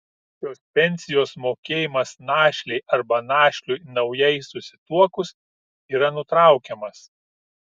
šios pensijos mokėjimas našlei arba našliui naujai susituokus yra nutraukiamas